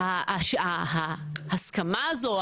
ההסכמה הזו,